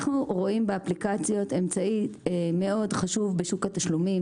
אנחנו רואים באפליקציות אמצעי מאוד חשוב בשוק התשלומים.